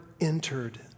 entered